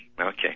Okay